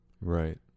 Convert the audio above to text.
Right